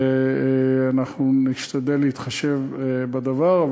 ואנחנו נשתדל להתחשב בדבר,